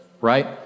right